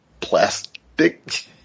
plastic